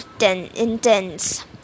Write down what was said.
intense